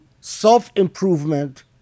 self-improvement